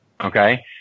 Okay